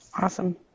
Awesome